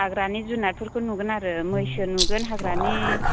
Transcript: हाग्रानि जुनारफोरखौ नुगोन आरो मैसो नुगोन हाग्रानि